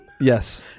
Yes